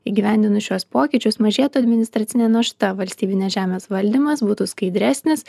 įgyvendinus šiuos pokyčius mažėtų administracinė našta valstybinės žemės valdymas būtų skaidresnis